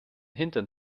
hintern